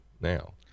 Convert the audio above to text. now